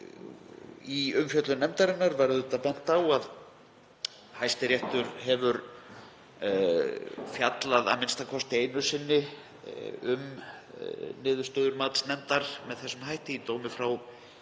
Í umfjöllun nefndarinnar var bent á að Hæstiréttur hefur fjallað, a.m.k. einu sinni, um niðurstöður matsnefndar með þessum hætti, í dómi frá